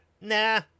Nah